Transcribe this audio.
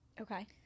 Okay